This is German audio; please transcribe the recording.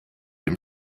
dem